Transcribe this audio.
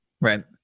Right